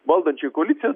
valdančioj koalicijoj